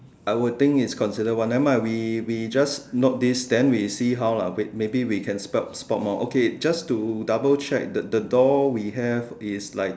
I would think it's considered one never mind we we just note this then we see how lah wait maybe we can spelt spot more okay just to double check the the door we have is like